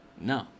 no